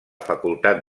facultat